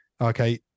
okay